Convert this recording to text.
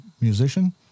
musician